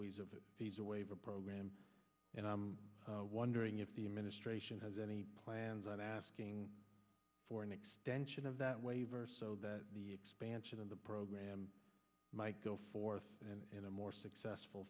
ways of the visa waiver program and i'm wondering if the administration has any plans on asking for an extension of that waiver so that the expansion of the program might go forth and in a more successful